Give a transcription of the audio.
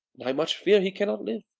and i much fear he cannot live.